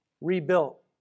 rebuilt